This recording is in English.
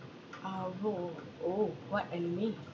uh ro~ orh what anime